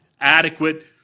adequate